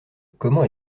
comment